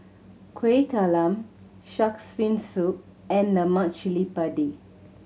Kuih Talam Shark's Fin Soup and lemak cili padi